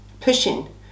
pushing